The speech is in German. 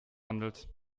handelt